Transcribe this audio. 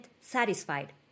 satisfied